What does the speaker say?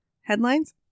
headlines